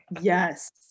Yes